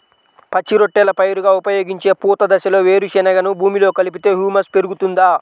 పచ్చి రొట్టెల పైరుగా ఉపయోగించే పూత దశలో వేరుశెనగను భూమిలో కలిపితే హ్యూమస్ పెరుగుతుందా?